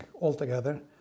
altogether